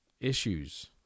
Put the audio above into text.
issues